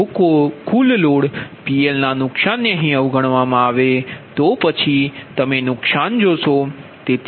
જો કુલ લોડ PLના નુકશાન ને અહીં અવગણવામાં આવે તો પછી તમે નુકશાન જોશો